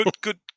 good